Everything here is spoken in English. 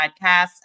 podcasts